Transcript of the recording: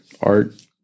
art